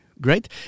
Great